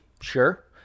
sure